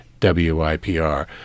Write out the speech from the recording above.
WIPR